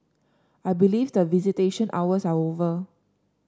I believe that visitation hours are over